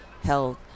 health